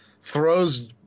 throws